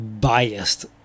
biased